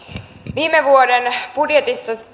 viime vuoden budjetissa